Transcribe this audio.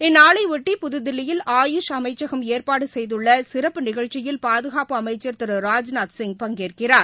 இந்நாளையொட்டி புதுதில்லியில் ஆயூஷ் அமைச்சகம் ஏற்பாடுசெய்துள்ளசிறப்பு நிகழ்ச்சியில் பாதுகாப்பு அமைச்சர் திரு ராஜ்நாத்சிங் பங்கேற்கிறார்